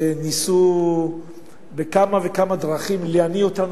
וניסו בכמה וכמה דרכים להניא אותנו